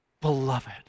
beloved